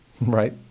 right